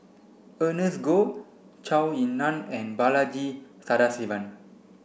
Ernest Goh Zhou Ying Nan and Balaji Sadasivan